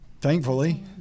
thankfully